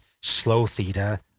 slow-theta